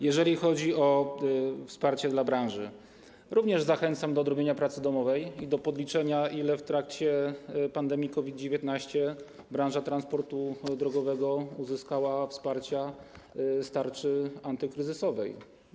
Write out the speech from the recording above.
Jeżeli chodzi o wsparcie dla branży, również zachęcam do odrobienia pracy domowej i do podliczenia, ile w trakcie pandemii COVID-19 branża transportu drogowego uzyskała wsparcia z tarczy antykryzysowej.